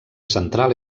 central